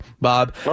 Bob